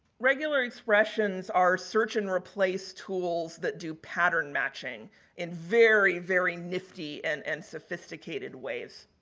regular expressions are search and replace tools that do pattern matching in very, very nifty and and sophisticated ways.